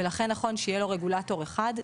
ולכן נכון שיהיה לו רגולטור אחד.